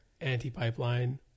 anti-pipeline